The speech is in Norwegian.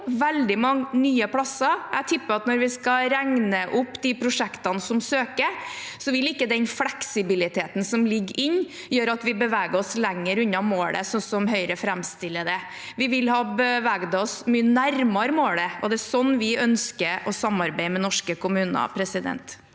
veldig mange nye plasser. Jeg tipper at når vi skal regne opp de prosjektene som søker, vil ikke den fleksibiliteten som ligger inne, gjøre at vi beveger oss lenger unna målet, sånn som Høyre framstiller det. Vi vil ha beveget oss mye nærmere målet, og det er sånn vi ønsker å samarbeide med norske kommuner. Bård